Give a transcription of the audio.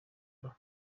kandi